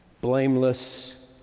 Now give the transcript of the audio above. blameless